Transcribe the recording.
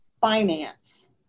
finance